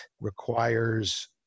requires